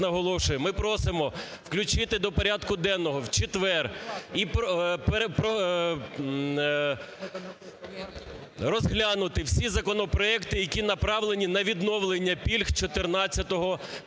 ми просимо включити до порядку денного в четвер і розглянути всі законопроекти, які направлені на відновлення пільг 14-15 років,